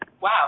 Wow